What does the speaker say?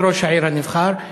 את ראש העיר הנבחר,